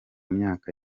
myaka